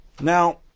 now